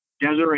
Desiree